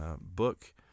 book